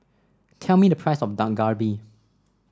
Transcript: tell me the price of Dak Galbi